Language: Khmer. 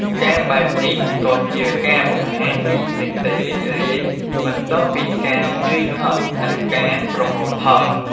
ការបែបនេះក៏ជាការបង្ហាញពីសេចក្តីរីករាយ បន្ទាប់ពីការនឿយហត់ និងការប្រមូលផល។